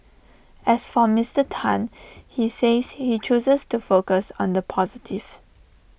as for Mister Tan he says he chooses to focus on the positive